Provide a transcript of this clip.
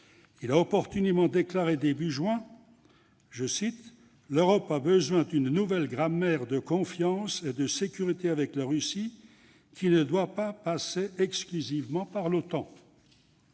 Il a opportunément déclaré au début du mois de juin que « l'Europe a besoin d'une nouvelle grammaire de confiance et de sécurité avec la Russie qui ne doit pas passer exclusivement par l'OTAN ».